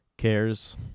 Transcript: CARES